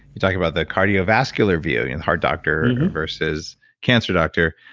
you talked about the cardiovascular view the heart doctor versus cancer doctor.